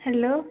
hello